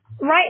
right